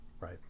Right